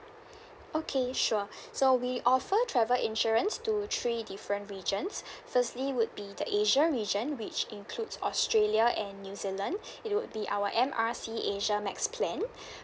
okay sure so we offer travel insurance to three different regions firstly would be the asia region which includes australia and new zealand it would be our M R C asia max plan